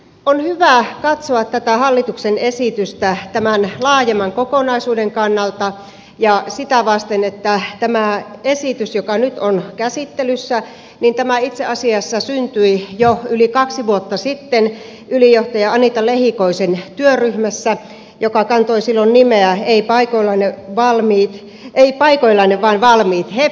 on hyvä katsoa tätä hallituksen esitystä tämän laajemman kokonaisuuden kannalta ja sitä vasten että tämä esitys joka nyt on käsittelyssä itse asiassa syntyi jo yli kaksi vuotta sitten ylijohtaja anita lehikoisen työryhmässä joka kantoi silloin nimeä ei paikoillanne vaan valmiit hep